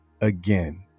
again